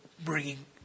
Bringing